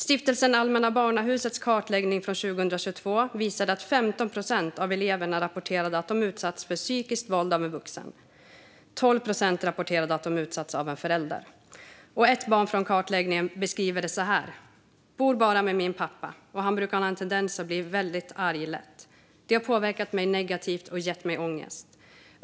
Stiftelsen Allmänna Barnahusets kartläggning från 2022 visade att 15 procent av eleverna rapporterade att de utsatts för psykiskt våld av en vuxen. 12 procent rapporterade att de utsatts av en förälder. Ett barn från kartläggningen beskriver det så här: "Bor bara med min pappa och han brukar ha en tendens att bli arg väldigt lätt. Det har påverkat mig negativt och gett mig ångest.